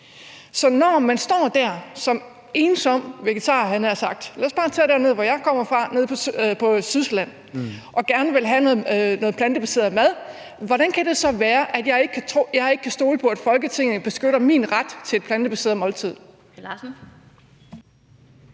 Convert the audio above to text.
Så når man står der som ensom vegetar, havde jeg nær sagt, og lad os bare sige dernede, hvor jeg kommer fra, nede på Sydsjælland, og gerne vil have noget plantebaseret mad, hvordan kan det så være, at man ikke kan stole på, at Folketinget beskytter ens ret til et plantebaseret måltid?